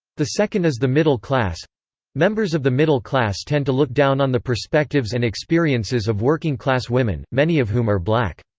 the second is the middle class members of the middle class tend to look down on the perspectives and experiences of working class women, many of whom are black.